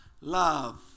love